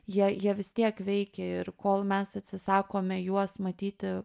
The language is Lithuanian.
jie jie vis tiek veikia ir kol mes atsisakome juos matyti